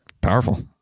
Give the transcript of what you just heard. Powerful